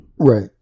Right